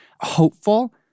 hopeful